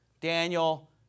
Daniel